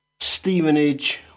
Stevenage